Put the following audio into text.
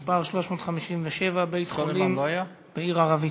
מס' 357: בית-חולים בעיר ערבית.